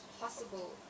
possible